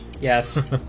Yes